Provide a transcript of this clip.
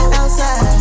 outside